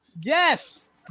Yes